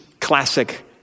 classic